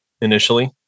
initially